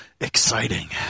Exciting